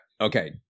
okay